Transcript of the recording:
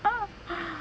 ah